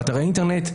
באתרי האינטרנט,